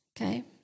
Okay